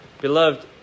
Beloved